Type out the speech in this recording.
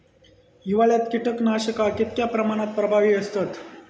हिवाळ्यात कीटकनाशका कीतक्या प्रमाणात प्रभावी असतत?